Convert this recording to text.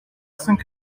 cinq